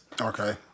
okay